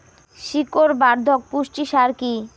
শিকড় বর্ধক পুষ্টি সার কি?